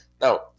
Now